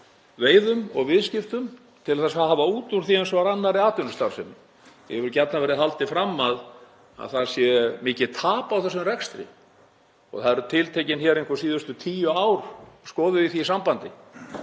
veiðum og viðskiptum til að hafa út úr því eins og í annarri atvinnustarfsemi. Því hefur gjarnan verið haldið fram að það sé mikið tap á þessum rekstri. Það eru tiltekin hér einhver síðustu tíu ár og þau skoðuð í því sambandi.